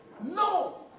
No